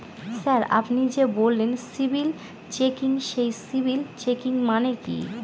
Sir আপনি যে বললেন সিবিল চেকিং সেই সিবিল চেকিং মানে কি?